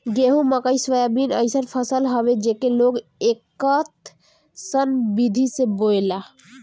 गेंहू, मकई, सोयाबीन अइसन फसल हवे जेके लोग एकतस्सन विधि से बोएला